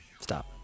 Stop